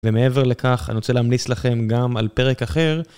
ומעבר לכך, אני רוצה להמליץ לכם גם, על פרק אחר,